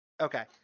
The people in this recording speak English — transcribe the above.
Okay